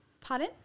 pardon